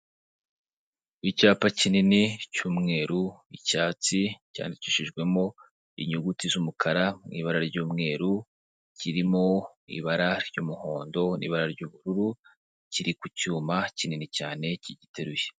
Icyapa kinini cy'umweru, icyatsi, cyandikishijwemo inyuguti z'umukara mu ibara ry'umweru, kirimo ibara ry'umuhondo n'ibara ry'ubururu, kiri ku cyuma kinini cyane kigiteruye.